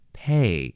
pay